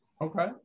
Okay